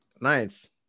nice